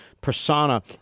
persona